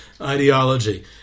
ideology